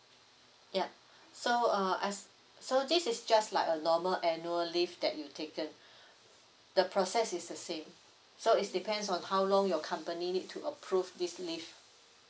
ya so uh ask so this is just like a normal annual leave that you taken the process is the same so is depends on how long your company need to approve this leave